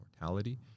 mortality